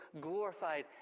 glorified